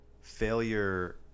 failure